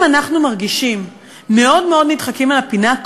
אם אנחנו מרגישים מאוד מאוד נדחקים אל הפינה,